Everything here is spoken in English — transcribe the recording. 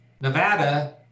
Nevada